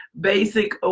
basic